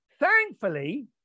Thankfully